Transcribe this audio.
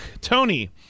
Tony